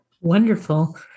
Wonderful